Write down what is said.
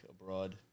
abroad